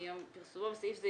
--- מיום פרסומו (בסעיף זה,